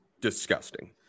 disgusting